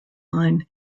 line